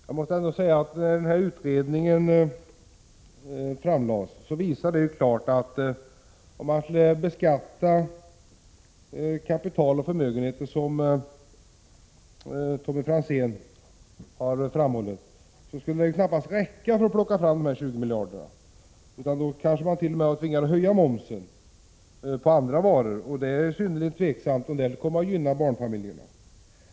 Herr talman! Den framlagda utredningen visar klart att en högre beskattning av kapital och förmögenheter, som Tommy Franzén vill ha, knappast skulle räcka för att ta fram de 20 miljarder som behöver tas fram. I stället skulle man kanske t.o.m. tvingas att höja momsen på andra varor, och det är synnerligen tveksamt huruvida detta skulle komma att gynna barnfamiljerna.